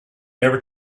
never